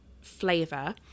flavor